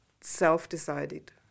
self-decided